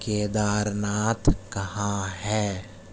کیدارناتھ کہاں ہے